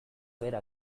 bera